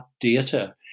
data